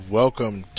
welcome